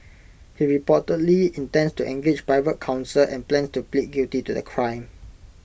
he reportedly intends to engage private counsel and plans to plead guilty to the crime